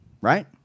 Right